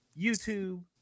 YouTube